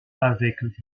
avec